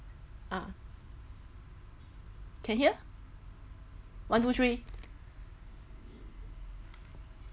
ah can hear one two three